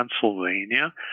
Pennsylvania